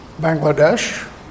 Bangladesh